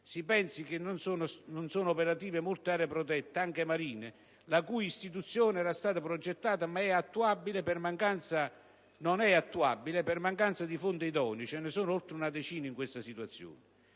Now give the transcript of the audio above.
Si pensi che non sono operative molte aree protette, anche marine, la cui istituzione era stata progettata, ma non è attuabile per mancanza di fondi idonei (ce ne sono oltre una decina in questa situazione).